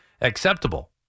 acceptable